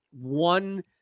one